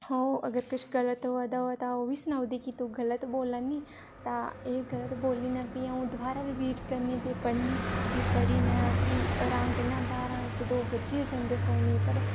हां ओह् अगर किश गलत होआ दा होऐ तां ओह् बी सनाई ओड़दी कि तूं गलत बोला'रनी तां एह् गलत बोल्ली नै प्ही अ'ऊं दबारा रपीट करनी ते पढ़नी बी पढ़ियै प्ही अराम कन्नै बारां इक दो बज्जी गै जंदे सोने गी पर